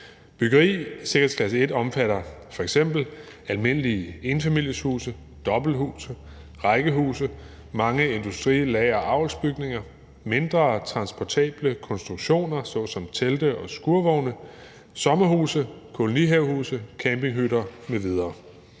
Byggeri i sikkerhedsklasse 1 omfatter f.eks. almindelige enfamilieshuse, dobbelthuse, rækkehuse, mange industri-, lager- og avlsbygninger, mindre transportable konstruktioner såsom telte og skurvogne, sommerhuse, kolonihavehuse, campinghytter m.v.